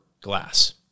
glass